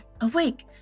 awake